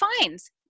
fines